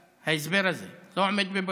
ההסבר הזה לא יעמוד בבג"ץ,